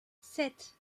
sept